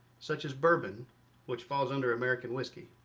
such as bourbon which falls under american whiskey.